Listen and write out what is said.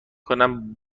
کنم